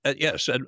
yes